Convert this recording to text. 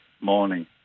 morning